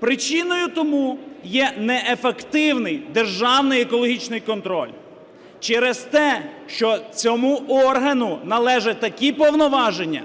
Причиною тому є неефективний державний екологічний контроль. Через те, що цьому органу належать такі повноваження